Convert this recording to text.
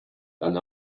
dann